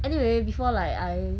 anyway before like I